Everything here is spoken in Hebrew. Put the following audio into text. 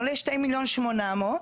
עולה 2.8 מיליון,